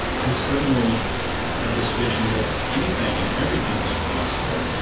i suddenly had this vision that anything and everything was possible,